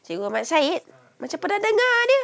cikgu ahmad said macam pernah dengar jer